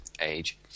age